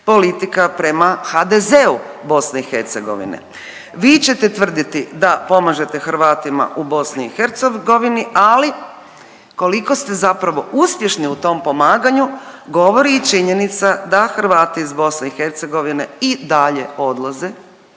politika prema HDZ-u BiH. Vi ćete tvrditi da pomažete Hrvatima u BiH, ali koliko ste zapravo uspješni u tom pomaganju govori i činjenica da Hrvati iz BiH i dalje odlaze